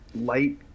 light